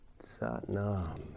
Satnam